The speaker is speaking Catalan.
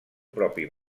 propi